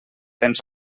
tens